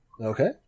Okay